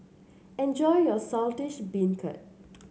enjoy your Saltish Beancurd